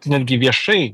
netgi viešai